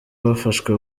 abafashwe